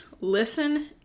listen